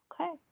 okay